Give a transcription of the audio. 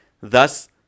Thus